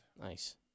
Nice